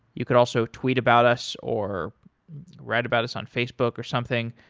you could also tweet about us or write about us on facebook or something.